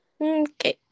okay